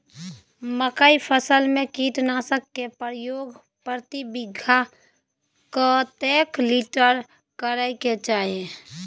मकई फसल में कीटनासक के प्रयोग प्रति बीघा कतेक लीटर करय के चाही?